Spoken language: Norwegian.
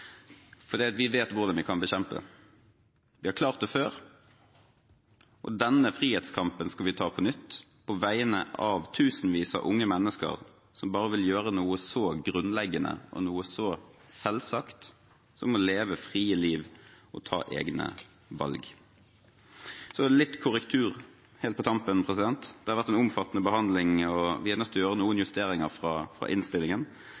denne situasjonen, fordi vi vet hvordan vi kan bekjempe det. Vi har klart det før. Denne frihetskampen skal vi ta på nytt, på vegne av tusenvis av unge mennesker som bare vil gjøre noe så grunnleggende og selvsagt som å leve frie liv og ta egne valg. Så litt korrektur helt på tampen. Det var vært en omfattende behandling, og vi er nødt til å gjøre noen justeringer i innstillingen.